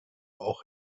auch